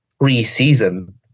pre-season